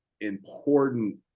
important